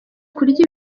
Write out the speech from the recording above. kurya